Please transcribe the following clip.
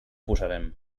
posarem